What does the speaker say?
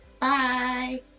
Bye